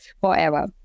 forever